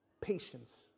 Patience